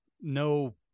no